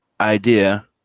idea